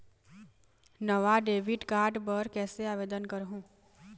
नावा debit card बर कैसे आवेदन करहूं?